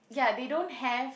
ya they don't have